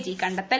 G കണ്ടെത്തൽ